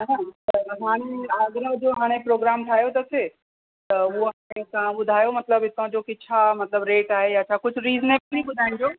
हा हाणे आगरा जो हाणे प्रोग्राम ठाहियो अथसि त उहो हाणे तव्हां ॿुधायो मतलबु हितां जो छा मतलबु रेट आहे या का कुझु रीज़िनेबल ई ॿुधाइजो